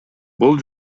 бул